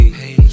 hey